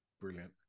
Brilliant